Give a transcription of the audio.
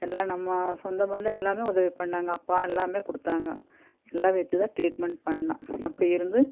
எல்லாம் நம்ம சொந்த பந்தம் எல்லாமே உதவி பண்ணாங்க அப்பா எல்லாமே கொடுத்தாங்க எல்லாம் வச்சுதான் டிரீட்மெண்ட் பண்ணோம் அப்படி இருந்து